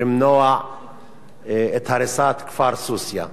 למנוע את הריסת כפר-סוסיא.